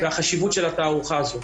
והחשיבות של התערוכה הזו.